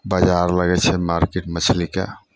बजार लगै छै मारकेट मछलीके